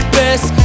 best